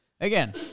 again